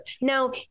Now